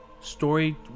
story